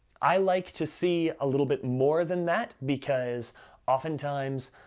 i like to see a little bit more than that, because oftentimes,